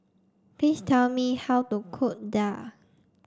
please tell me how to cook Daal